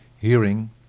Hearing